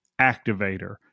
Activator